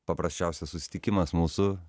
paprasčiausias susitikimas mūsų